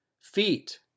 feet